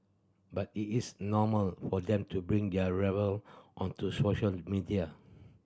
but it is normal for them to bring there rivalry onto social media